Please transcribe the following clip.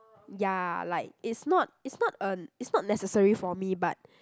ya like it's not it's not a it's not necessary for me but